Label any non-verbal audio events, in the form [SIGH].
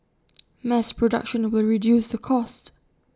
[NOISE] mass production will reduce the cost